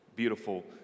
beautiful